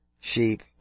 sheep